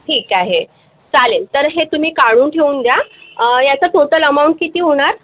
ठीक आहे चालेल तर हे तुम्ही काढून ठेऊन द्या याचं टोटल अमाऊंट किती होणार